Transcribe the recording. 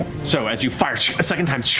so as you fire a second time,